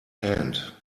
end